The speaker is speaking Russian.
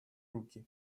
руки